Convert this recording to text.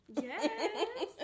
yes